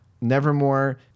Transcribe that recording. nevermore